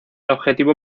objetivo